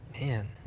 man